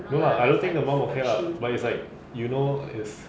no lah I don't think the mum okay lah but is like you know is